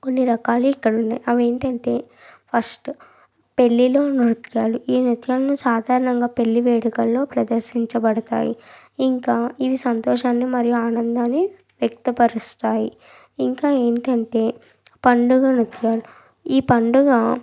కొన్ని రకాలు ఇక్కద ఉన్నాయి అవి ఏంటంటే ఫస్టు పెళ్ళిలో నృత్యాలు ఈ నృత్యంను సాధారణంగా పెళ్ళి వేడుకల్లో ప్రదర్శించబడతాయి ఇంకా ఇవి సంతోషాన్ని మరియు ఆనందాన్ని వ్యక్తపరుస్తాయి ఇంకా ఏమిటంటే పండుగ నృత్యాలు ఈ పండుగ